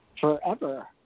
Forever